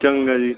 ਚੰਗਾ ਜੀ